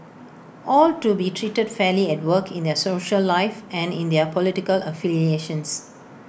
all to be treated fairly at work in their social life and in their political affiliations